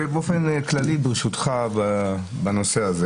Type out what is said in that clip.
באופן כללי, ברשותך, בנושא הזה